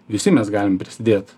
visi mes galim prisidėt